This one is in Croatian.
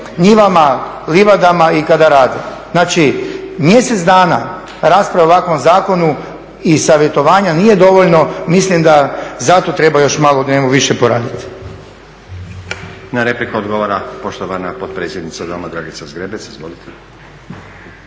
njivama, livadama i kada rade? Znači mjesec dana rasprava o ovakvom zakonu i savjetovanja nije dovoljno, mislim da za to treba još malo na njemu više poraditi. **Stazić, Nenad (SDP)** Na repliku odgovara poštovana potpredsjednica Doma Dragica Zgrebec, izvolite.